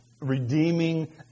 redeeming